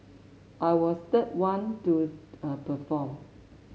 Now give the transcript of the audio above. I was third one to a perform